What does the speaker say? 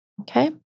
Okay